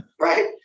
right